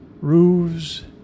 Roofs